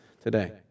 today